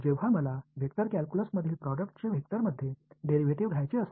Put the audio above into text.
எனவே நான் vector calculus உற்பத்தியின் வழித்தோன்றலை எடுக்க விரும்பினால் அது டைவர்ஜன்ஸ் ஆகின்றன